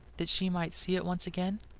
that she might see it once again?